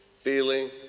feeling